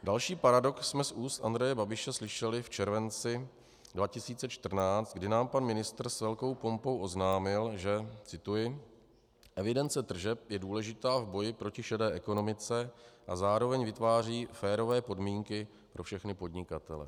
Další paradox jsme z úst Andreje Babiše slyšeli v červenci 2014, kdy nám pan ministr s velkou pompou oznámil, že cituji: Evidence tržeb je důležitá v boji proti šedé ekonomice a zároveň vytváří férové podmínky pro všechny podnikatele.